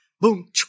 boom